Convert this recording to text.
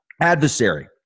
Adversary